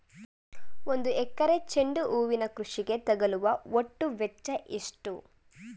ಒಂದು ಎಕರೆ ಚೆಂಡು ಹೂವಿನ ಕೃಷಿಗೆ ತಗಲುವ ಒಟ್ಟು ವೆಚ್ಚ ಎಷ್ಟು?